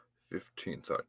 Fifteenth